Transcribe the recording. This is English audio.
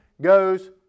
goes